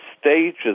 stages